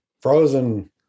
frozen